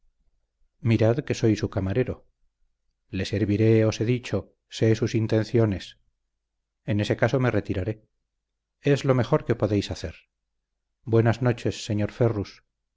mirad que soy su camarero le serviré os he dicho sé sus intenciones en ese caso me retiraré es lo mejor que podéis hacer buenas noches señor ferrus